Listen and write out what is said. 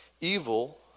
Evil